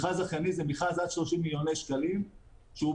מכרז זכייני זה מכרז עד 30 מיליוני שקלים שכול